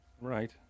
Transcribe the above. Right